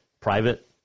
private